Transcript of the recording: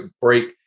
break